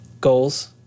goals